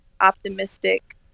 optimistic